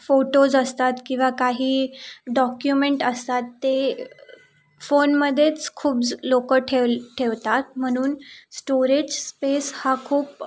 photos असतात किंवा काही डॉक्युमेंट असतात ते फोनमध्येच खूप ज लोक ठेवल ठेवतात म्हणून स्टोरेज स्पेस हा खूप